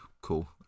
cool